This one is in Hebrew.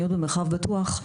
"מיניות במרחב בטוח",